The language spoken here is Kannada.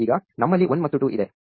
ಈಗ ನಮ್ಮಲ್ಲಿ 1 ಮತ್ತು 2 ಇದೆ